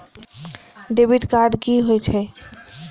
Debit card की होय छे?